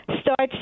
starts